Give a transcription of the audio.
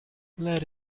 let